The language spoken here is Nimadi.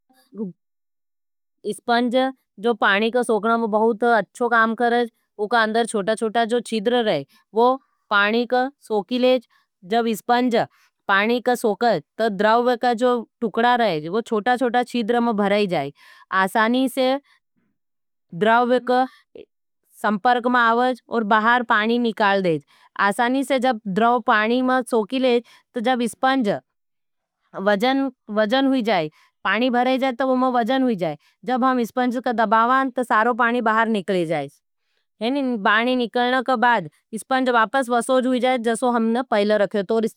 इस्पन्ज पाणी का सोकना में बहुत अच्छो काम करेज, उका अंदर चोटा चोटा चीद्र रहे, वो पाणी का सोकी लेज, जब इस्पन्ज पाणी का सोकेज, तो द्राववे का तुकडा रहे, वो चोटा चोटा चीद्र में भराई जाए। आसानी से द्राववे का संपर कमा आवज और बहार पाणी निकाल देज, आसानी से जब द्राववे पाणी में चोकी लेज, तो जब इस्पन्ज वजन हुई जाए, पाणी भरे जाए, तो वो में वजन हुई जाए, जब हम इस्पन्ज का तो सारों पानी बाहर निकले जाएँ है। नी बानी निकलना कबाद इसपंज वापस वसोज हुई जाये जसो हमने पहले रखे।